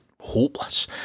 hopeless